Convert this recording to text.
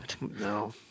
No